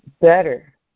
better